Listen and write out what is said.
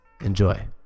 Enjoy